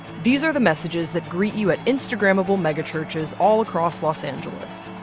these are the messages that greet you at instagram-able megachurches all across los angeles.